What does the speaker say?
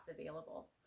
available